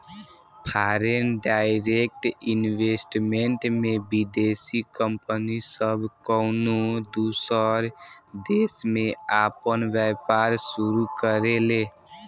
foreign direct investment में विदेशी company सब कउनो दूसर देश में आपन व्यापार शुरू करेले